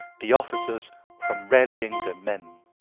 the officers from rallying their men.